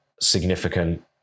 significant